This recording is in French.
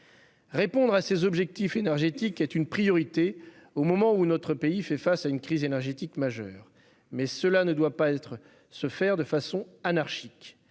Atteindre nos objectifs énergétiques doit être une priorité au moment où notre pays fait face à une crise énergétique majeure, mais il ne faut pas le faire de manière anarchique.